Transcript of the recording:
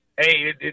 hey